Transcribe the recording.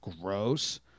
gross